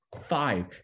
five